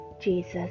Jesus